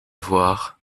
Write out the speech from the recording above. voir